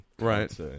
Right